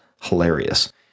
hilarious